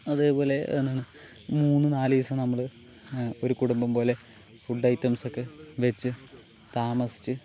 അതേപോലെ എന്താണ് മൂന്ന് നാലു ദിവസം നമ്മള് ഒരു കുടുംബം പോലെ ഫുഡ് ഐറ്റംസൊക്കെ വെച്ച് താമസിച്ച്